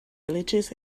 villages